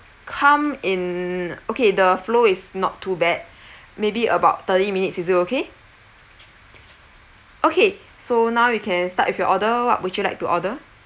come in okay the flow is not too bad maybe about thirty minutes is it okay okay so now we can start with your order what would you like to order